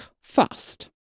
fast